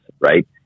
right